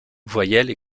voyelles